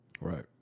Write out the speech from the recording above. Right